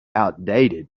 outdated